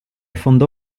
fondo